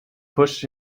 pushed